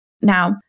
Now